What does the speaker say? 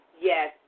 Yes